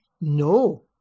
no